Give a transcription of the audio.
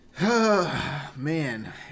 Man